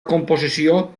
composició